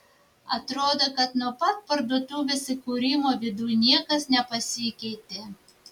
atrodė kad nuo pat parduotuvės įkūrimo viduj niekas nepasikeitė